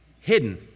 Hidden